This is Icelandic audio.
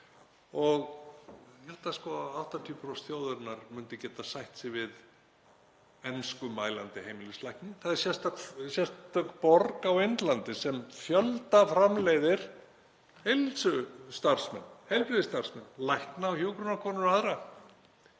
ég held að 80% þjóðarinnar myndu geta sætt sig við enskumælandi heimilislækni. Það er sérstök borg á Indlandi sem fjöldaframleiðir heilbrigðisstarfsmenn, lækna og hjúkrunarkonur og aðra.